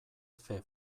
efe